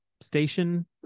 station